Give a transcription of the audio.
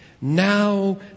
Now